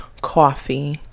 coffee